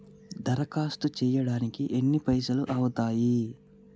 దరఖాస్తు చేయడానికి ఎన్ని పైసలు అవుతయీ?